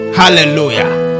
hallelujah